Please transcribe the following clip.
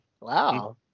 wow